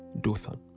Dothan